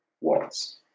watts